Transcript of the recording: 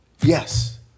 Yes